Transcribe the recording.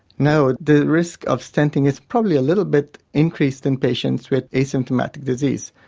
no the risk of stenting is probably a little bit increased in patients with asymptomatic disease.